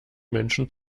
menschen